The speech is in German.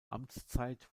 amtszeit